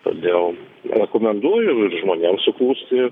todėl rekomenduoju ir žmonėm suklusti